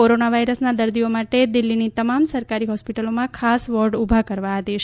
corona વાયરસના દર્દીઓ માટે દિલ્ફીની તમામ સરકારી હોસ્પીટલોમાં ખાસ વોર્ડ ઉભા કરવા આદેશ